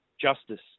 justice